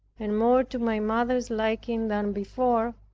and more to my mother's liking than before,